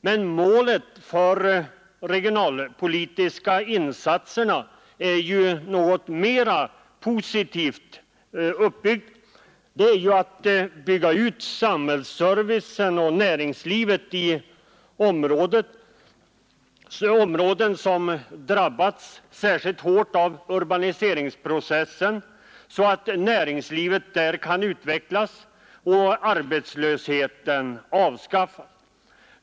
Men målet för de regionalpolitiska insatserna är mer positivt: att bygga ut samhällsservicen och näringslivet i områden som drabbats särskilt hårt av urbaniseringsprocessen, så att näringslivet där kan utvecklas och arbetslösheten avskaffas.